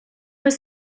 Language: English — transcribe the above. was